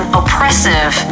oppressive